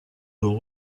will